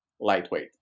lightweight